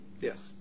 Yes